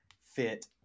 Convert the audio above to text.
fit